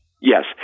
Yes